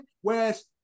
whereas